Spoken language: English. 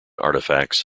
artifacts